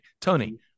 Tony